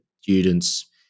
students